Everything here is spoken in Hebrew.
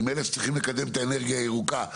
אם אלה שצריכים לקדם את האנרגיה הירוקה,